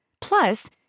Plus